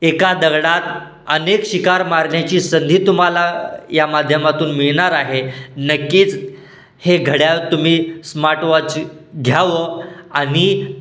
एका दगडात अनेक शिकार मारण्याची संधी तुम्हाला या माध्यमातून मिळणार आहे नक्कीच हे घड्याळ तुम्ही स्मार्टवॉच घ्यावं आणि